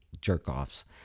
jerk-offs